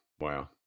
wow